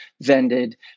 vended